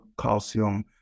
calcium